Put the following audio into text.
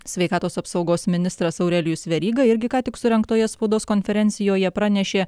sveikatos apsaugos ministras aurelijus veryga irgi ką tik surengtoje spaudos konferencijoje pranešė